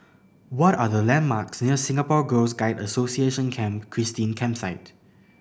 what are the landmarks near Singapore Girl Guides Association Camp Christine Campsite